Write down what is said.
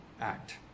act